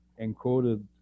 encoded